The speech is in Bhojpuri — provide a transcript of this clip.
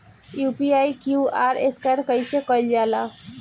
यू.पी.आई क्यू.आर स्कैन कइसे कईल जा ला?